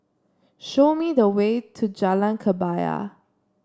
show me the way to Jalan Kebaya